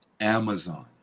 Amazon